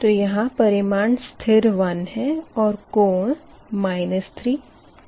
तो यहाँ परिमाण स्थिर 1 है और कोण 3 चर है